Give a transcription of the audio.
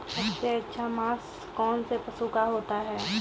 सबसे अच्छा मांस कौनसे पशु का होता है?